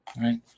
Right